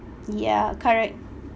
ya correct